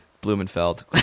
Blumenfeld